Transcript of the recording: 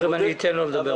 תיכף אתן לו לדבר.